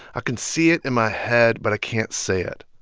ah can see it in my head, but i can't say it.